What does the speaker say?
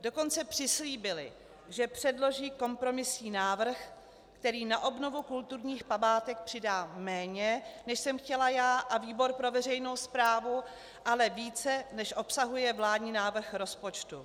Dokonce přislíbili, že předloží kompromisní návrh, který na obnovu kulturních památek přidá méně, než jsem chtěla já a výbor pro veřejnou správu, ale více, než obsahuje vládní návrh rozpočtu.